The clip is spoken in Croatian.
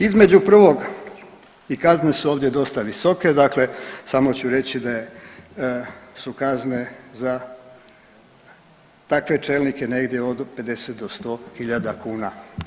Između prvog i kazne su ovdje dosta visoke, dakle samo ću reći da je, su kazne za takve čelnike negdje od 50 do 100.000 kuna.